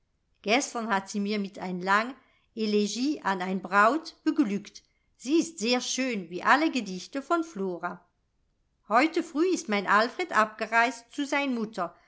gestern hat sie mir mit ein lang elegie an ein braut beglückt sie ist sehr schön wie alle gedichte von flora heute früh ist mein alfred abgereist zu sein mutter